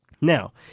Now